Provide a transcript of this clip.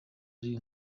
ari